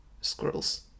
Squirrels